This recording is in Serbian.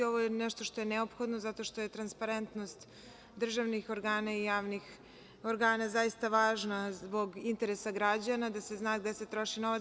Ovo je nešto što je neophodno zato što je transparentnost državnih organa i javnih organa zaista važna zbog interesa građana, da se zna gde se troši novac.